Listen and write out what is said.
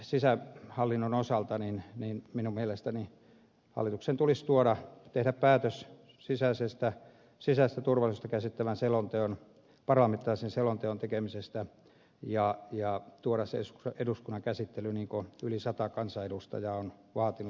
myöskin sisähallinnon osalta minun mielestäni hallituksen tulisi tehdä päätös sisäistä turvallisuutta käsittelevän parlamentaarisen selonteon tekemisestä ja tuoda se eduskunnan käsittelyyn niin kuin yli sata kansanedustajaa on vaatinut